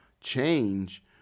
change